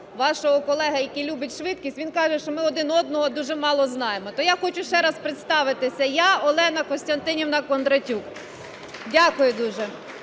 вашого колеги, який любить швидкість. Він каже, що ми один одного дуже мало знаємо. То я хочу ще раз представитися. Я, Олена Костянтинівна Кондратюк. Дякую дуже.